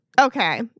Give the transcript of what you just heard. Okay